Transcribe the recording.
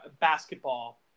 basketball